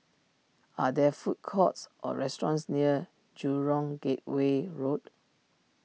are there food courts or restaurants near Jurong Gateway Road